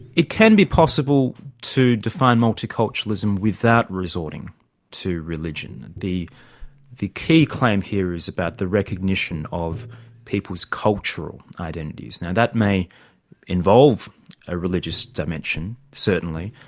it can be possible to define multiculturalism without resorting to religion. the the key claim here is about the recognition of people's cultural identities. now that may involve a religious dimension, certainly.